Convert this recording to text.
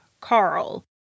Carl